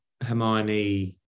Hermione